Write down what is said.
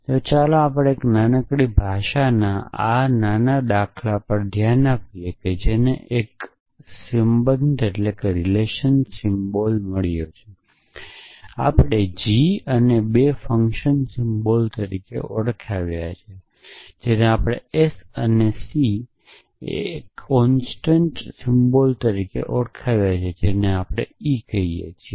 તો ચાલો આપણે એક નાનકડી ભાષાના આ નાના દાખલા પર ધ્યાન આપીએ કે જેને એક સંબંધ સિમ્બોલ મળ્યો છે જેને આપણે g અને બે ફંક્શન સિમ્બલ્સ તરીકે ઓળખાવ્યા છે જેને આપણે s અને c અને એક કોન્સટંટ સિમ્બોલ તરીકે ઓળખાવ્યા છે જેને આપણે ઇ કહીએ છીએ